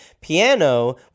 piano